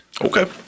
Okay